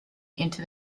into